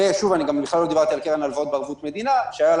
ועוד לא דיברתי על קרן הלוואות בערבות מדינה דבר שהיה עליו